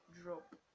drop